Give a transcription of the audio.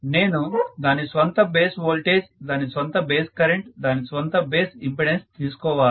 నేను దాని స్వంత బేస్ వోల్టేజ్ దాని స్వంత బేస్ కరెంట్ దాని స్వంత బేస్ ఇంపెడెన్స్ తీసుకోవాలి